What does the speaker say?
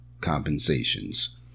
compensations